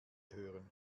hören